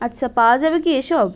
আচ্ছা পাওয়া যাবে কি এইসব